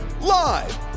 Live